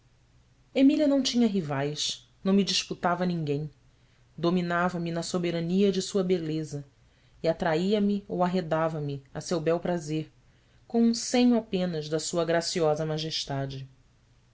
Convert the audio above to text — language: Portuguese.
emília não tinha rivais não me disputava a ninguém dominava me na soberania de sua beleza e atraíame ou arredava me a seu bel prazer com um cenho apenas da sua graciosa majestade